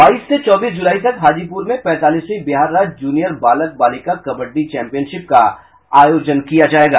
बाईस से चौबीस जुलाई तक हाजीपुर में पैंतालीसवीं बिहार राज्य जूनियर बालक बालिका कबड्डी चैंपियनशिप का आयोजन किया जायेगा